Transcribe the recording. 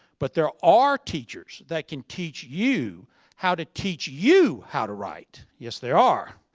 but there are teachers that can teach you how to teach you how to write. yes there are.